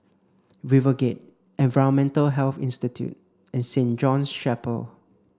RiverGate Environmental Health Institute and Saint John's Chapel